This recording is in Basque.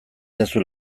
duzue